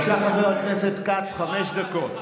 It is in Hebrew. בבקשה, חבר הכנסת כץ, חמש דקות.